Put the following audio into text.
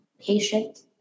patient